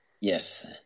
Yes